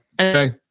okay